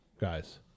guys